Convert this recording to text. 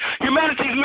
Humanity's